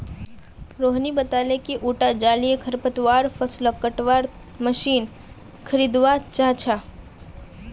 रोहिणी बताले कि उटा जलीय खरपतवार फ़सलक कटवार मशीन खरीदवा चाह छ